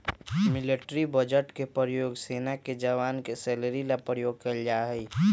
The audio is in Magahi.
मिलिट्री बजट के प्रयोग सेना के जवान के सैलरी ला प्रयोग कइल जाहई